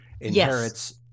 inherits –